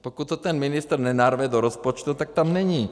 Pokud to ten ministr nenarve do rozpočtu, tak tam není.